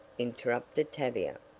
interrupted tavia.